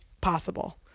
possible